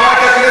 מה זה קשור?